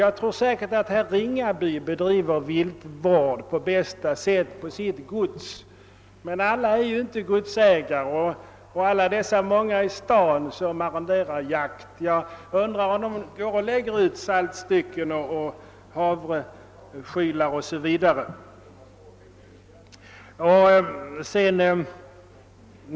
Jag tror säkert att herr Ringaby bedriver viltvård på bästa sätt på sitt gods, men alla är inte godsägare, och jag undrar om alla de som bor i stan och som arrenderar jaktmarker lägger ut saltstycken, sätter upp havreskylar osv.